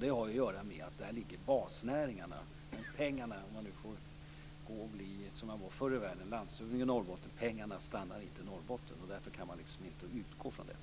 Det har att göra med att basnäringarna ligger i Norrbotten, men pengarna - om jag nu får bli som jag var förr i världen, dvs. landshövding i Norrbotten - stannar inte i Norrbotten. Därför kan man inte utgå från detta.